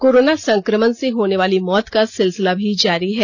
corona संक्रमण से होने वाली मौत का सिलसिला भी जारी है